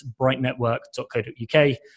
brightnetwork.co.uk